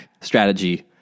strategy